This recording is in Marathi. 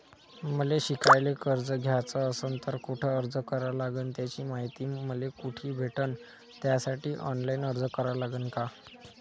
मले शिकायले कर्ज घ्याच असन तर कुठ अर्ज करा लागन त्याची मायती मले कुठी भेटन त्यासाठी ऑनलाईन अर्ज करा लागन का?